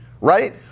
right